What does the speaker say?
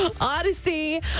Odyssey